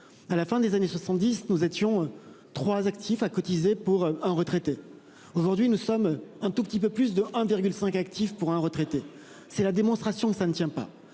À la fin des années 70, nous étions trois actif à cotiser pour un retraité, aujourd'hui, nous sommes un tout petit peu plus de 1,5 actifs pour un retraité. C'est la démonstration que ça ne tient pas